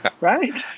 Right